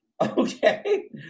okay